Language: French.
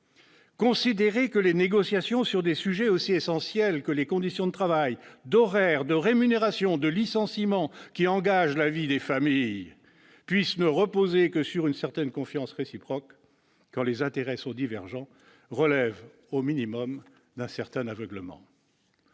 considérer que les négociations sur des sujets aussi essentiels que les conditions de travail, d'horaires, de rémunération et de licenciement, qui engagent la vie des familles, puissent ne reposer que sur une certaine confiance réciproque, quand les intérêts sont divergents, relève au minimum d'un certain aveuglement.